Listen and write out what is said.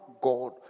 God